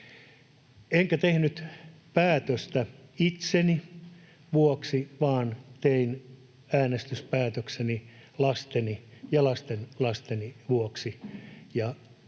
Enkä tehnyt päätöstä itseni vuoksi, vaan tein äänestyspäätökseni lasteni ja lastenlasteni vuoksi.